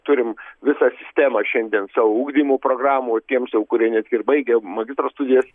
turim visą sistemą šiandien savo ugdymo programų tiems jau kurie net ir baigę magistro studijas